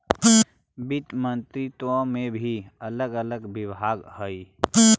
वित्त मंत्रित्व में भी अलग अलग विभाग हई